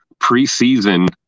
preseason